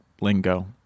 lingo